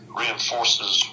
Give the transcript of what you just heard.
reinforces